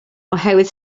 oherwydd